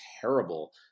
terrible